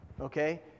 Okay